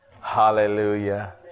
Hallelujah